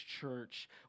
Church